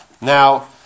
Now